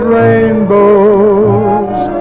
rainbows